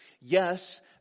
Yes